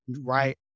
right